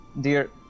Dear